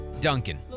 Duncan